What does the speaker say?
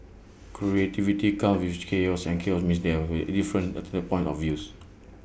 creativity comes with chaos and chaos means there will be different alternate points of views